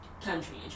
country